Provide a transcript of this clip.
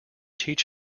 teach